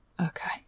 okay